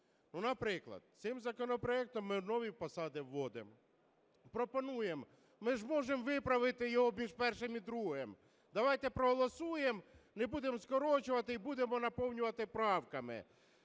наприклад, цим законопроектом ми нові посади вводимо. Пропонуємо: ми ж можемо виправити його між першим і другим, давайте проголосуємо, не будемо скорочувати і будемо наповнювати правками.